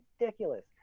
ridiculous